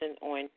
on